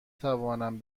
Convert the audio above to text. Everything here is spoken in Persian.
توانم